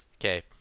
okay